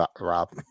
Rob